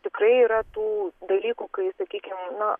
tikrai yra tų dalykų kai sakykim na